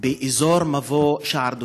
באזור מבוא שער דותן.